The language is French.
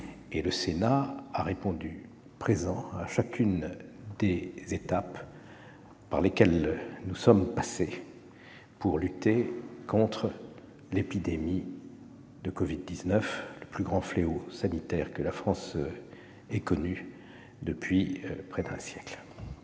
: le Sénat a répondu présent à chacune des étapes de la lutte contre l'épidémie de covid-19, le plus grand fléau sanitaire que la France ait connu depuis près d'un siècle.